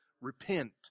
repent